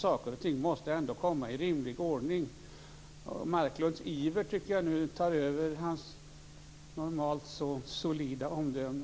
Saker och ting måste ändå komma i rimlig ordning. Jag tycker att Marklunds iver nu tar över hans normalt så solida omdöme.